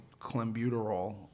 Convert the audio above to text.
clembuterol